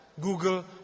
Google